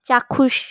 চাক্ষুষ